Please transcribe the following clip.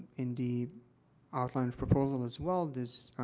in the outline of proposal, as well. there's, ah,